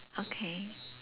okay